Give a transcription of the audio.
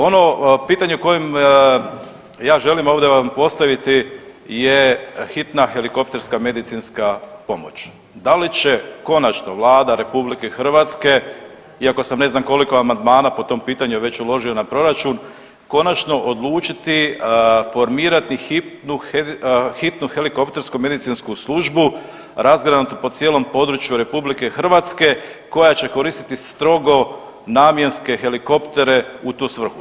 Ono pitanje koje ja želim vam ovdje postaviti je hitna helikopterska medicinska pomoć, da li će konačno Vlada RH iako sam ne znam koliko amandmana po tom pitanju već uložio na proračun, konačno odlučiti formirati hitnu helikoptersku medicinsku službu razgranatu po cijelom području RH koja će koristiti strogo namjenske helikoptere u tu svrhu?